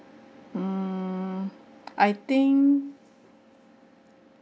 mm I think